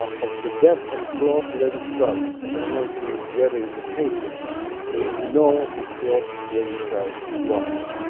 of the death of claude levi-strauss i don't know if you read it in the paper or if you know who claude levi-strauss was.